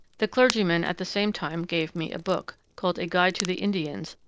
the clergyman, at the same time, gave me a book, called a guide to the indians,